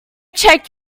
check